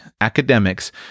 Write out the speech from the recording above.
academics